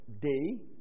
day